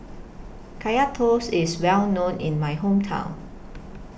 Kaya Toast IS Well known in My Hometown